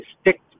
stick